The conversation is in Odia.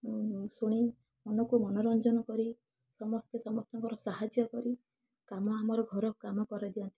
ଶୁଣି ମନକୁ ମନୋରଞ୍ଜନ କରି ସମସ୍ତେ ସମସ୍ତଙ୍କର ସାହାଯ୍ୟ କରି କାମ ଆମର ଘର କାମ କରାଇ ଦିଅନ୍ତି